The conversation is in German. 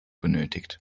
benötigt